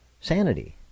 sanity